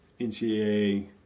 ncaa